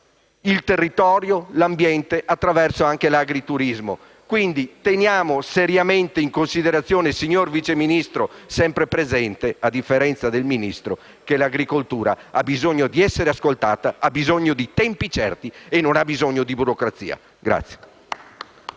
il territorio e l'ambiente, anche attraverso l'agriturismo. Quindi, teniamo seriamente in considerazione, signor Vice Ministro sempre presente (a differenza del Ministro), che l'agricoltura ha bisogno di essere ascoltata, ha bisogno di tempi certi e non ha bisogno di burocrazia.